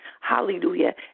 Hallelujah